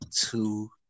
two